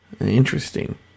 Interesting